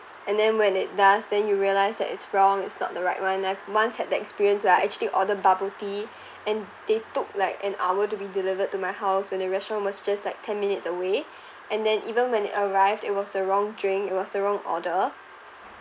and then when it does then you realize that it's wrong it's not the right one I've once had that experience where I actually order bubble tea and they took like an hour to be delivered to my house when the restaurant was just like ten minutes away and then even when it arrived it was the wrong drink it was the wrong order